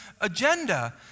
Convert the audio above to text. agenda